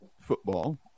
football